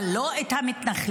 אבל לא את המתנחלים.